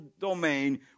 domain